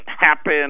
happen